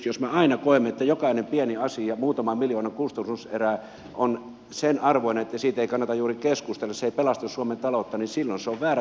jos me aina koemme että jokainen pieni asia muutaman miljoonan kustannuserä on sen arvoinen että siitä ei kannata juuri keskustella ja se ei pelasta suomen taloutta niin se on väärä talouslinja